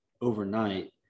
overnight